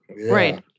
Right